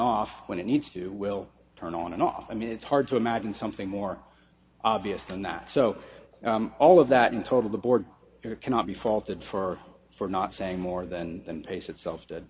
off when it needs to will turn on and off i mean it's hard to imagine something more obvious than that so all of that in total the board there cannot be faulted for for not saying more than the base itself